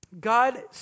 God